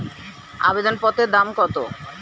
আবেদন পত্রের দাম কত?